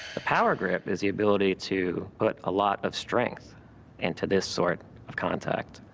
the power grip is the ability to put a lot of strength into this sort of contact.